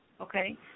okay